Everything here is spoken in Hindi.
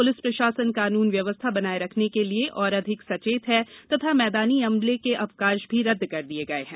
पुलिस प्रशासन कानून व्यवस्था बनाए रखने के लिए और अधिक सचेत है तथा मैदानी अमले के अवकाश भी रद्द कर दिए गए हैं